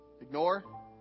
Ignore